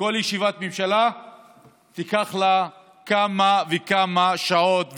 כל ישיבת ממשלה תימשך כמה וכמה שעות,